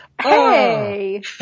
Hey